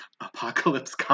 apocalypse